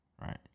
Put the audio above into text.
right